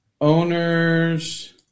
owners